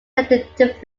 attempted